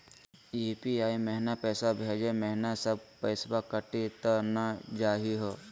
UPI महिना पैसवा भेजै महिना सब पैसवा कटी त नै जाही हो?